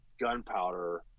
gunpowder